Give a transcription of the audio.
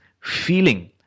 feeling